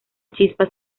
chispa